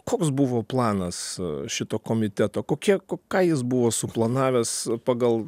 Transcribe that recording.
koks buvo planas šito komiteto kokia ką jis buvo suplanavęs pagal